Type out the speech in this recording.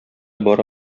бара